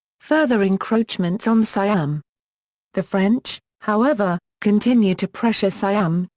further encroachments on siam the french, however, continued to pressure siam,